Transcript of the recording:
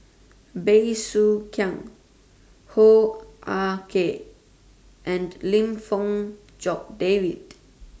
Bey Soo Khiang Hoo Ah Kay and Lim Fong Jock David